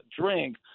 drink